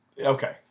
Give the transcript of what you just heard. Okay